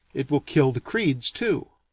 it will kill the creeds too.